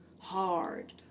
hard